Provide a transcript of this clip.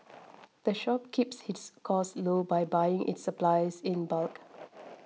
the shop keeps its costs low by buying its supplies in bulk